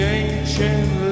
ancient